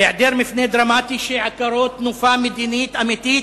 בהעדר מפנה דרמטי, שעיקרו תנופה מדינית אמיתית,